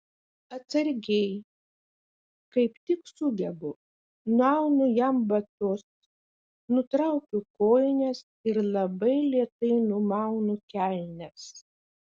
atsargiai kaip tik sugebu nuaunu jam batus nutraukiu kojines ir labai lėtai numaunu kelnes